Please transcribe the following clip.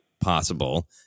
possible